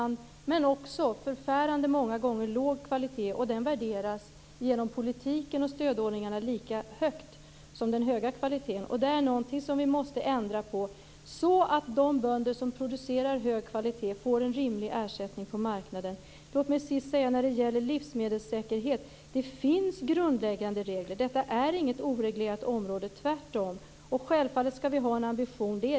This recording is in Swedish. Men det produceras också ett förfärande antal gånger livsmedel med låg kvalitet, och de värderas genom politiken och stödordningarna lika högt som livsmedel med den höga kvaliteten. Detta är någonting som vi måste ändra på, så att de bönder som producerar livsmedel med hög kvalitet får en rimlig ersättning på marknaden. Låt mig till sist säga att det när det gäller livsmedelssäkerhet finns grundläggande regler. Detta är inget oreglerat område, tvärtom. Självfallet skall vi ha en ambition.